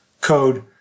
Code